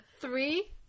Three